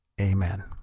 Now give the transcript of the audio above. Amen